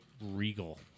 Regal